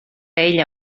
ella